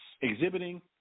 exhibiting